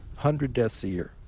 hundred deaths a year.